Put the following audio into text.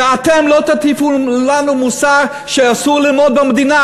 ואתם לא תטיפו לנו מוסר שאסור ללמוד במדינה,